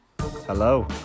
hello